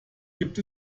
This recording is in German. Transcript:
gibt